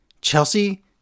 Chelsea